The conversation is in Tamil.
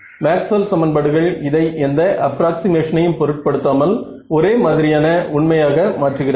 மேக்ஸ்வெல் சமன்பாடுகள் இதை எந்த அப்ராக்ஸிமேஷனையும் பொருட்படுத்தாமல் ஒரே மாதிரியான உண்மையாக மாற்றுகிறது